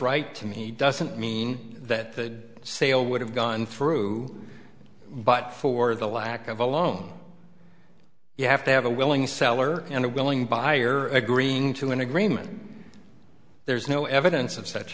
right to me doesn't mean that the sale would have gone through but for the lack of a loan you have to have a willing seller and a willing buyer agreeing to an agreement there's no evidence of such